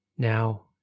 Now